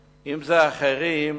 אם זה אחרים,